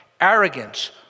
Arrogance